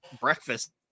breakfast